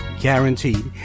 guaranteed